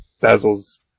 Basil's